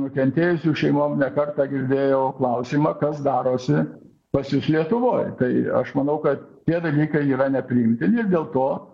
nukentėjusių šeimom ne kartą girdėjau klausimą kas darosi pas jus lietuvoj tai aš manau kad tie dalykai yra nepriimtini ir dėl to